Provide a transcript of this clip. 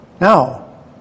Now